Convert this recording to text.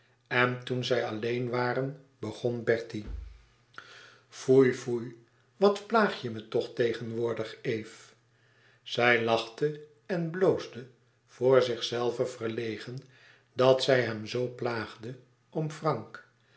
en toen zij alleen waren begon bertie foei foei wat plaag je me toch tegenwoordig eve zij lachte en bloosde voor zichzelve verlegen dat zij hem zoo plaagde om frank